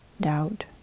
doubt